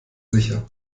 sicher